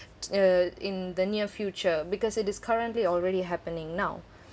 uh in the near future because it is currently already happening now